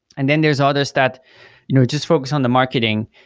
and then there's others that you know just focus on the marketing,